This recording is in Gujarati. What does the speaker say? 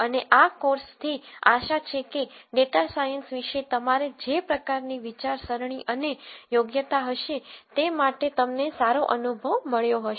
અને આ કોર્સથી આશા છે કે ડેટા સાયન્સ વિશે તમારે જે પ્રકારની વિચારસરણી અને યોગ્યતા હશે તે માટે તમને સારો અનુભવ મળ્યો હશે